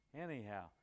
Anyhow